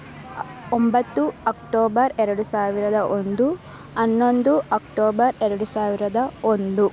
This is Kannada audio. ಒಂಬತ್ತು ಅಕ್ಟೋಬರ್ ಎರಡು ಸಾವಿರದ ಒಂದು ಹನ್ನೊಂದು ಅಕ್ಟೋಬರ್ ಎರಡು ಸಾವಿರದ ಒಂದು